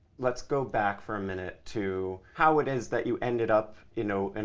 let's go back for a minute to how it is that you ended up, you know, and